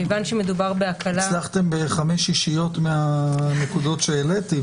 הצלחתם בחמש שישיות מהנקודות שהעליתי.